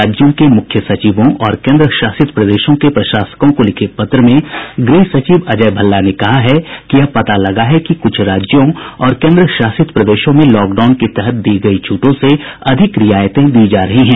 राज्यों के मुख्य सचिवों और केन्द्र शासित प्रदेशों के प्रशासकों को लिखे पत्र में गृह सचिव अजय भल्ला ने कहा है कि यह पता लगा है कि कुछ राज्यों और केन्द्र शासित प्रदेशों में लॉकडउन के तहत दी गई छूटों से अधिक रियायतें दी जा रही हैं